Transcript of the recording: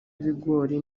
ibigori